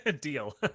Deal